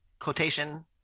Quotation